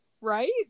right